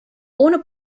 ohne